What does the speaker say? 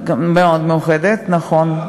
מאוד מאוחדת, נכון.